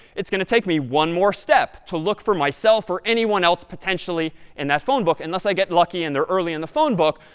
it's going to take me one more step to look for myself or anyone else, potentially, in that phone book. unless i get lucky and they're early in the phone book,